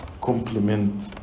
complement